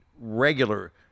regular